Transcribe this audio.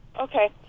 Okay